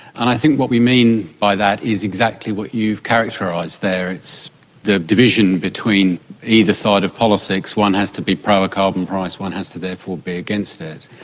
and i think what we mean by that is exactly what you've characterised there, it's the division between either side of politics one has to be pro a carbon price, one has to do therefore be against it.